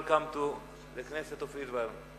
Welcome to the Knesset of Israel.